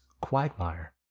quagmire